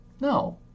No